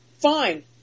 fine